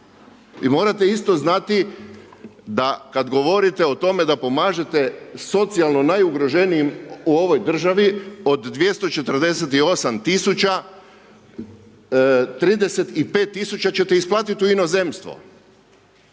i morate isto znati da kad govorite o tome da pomažete socijalno najugroženijim u ovoj državi od 248 000, 35 000 ćete isplatiti u inozemstvo.